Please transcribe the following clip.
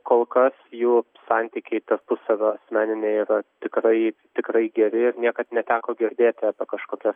kol kas jų santykiai tarpusavio asmeniniai yra tikrai tikrai geri niekad neteko girdėti apie kažkokias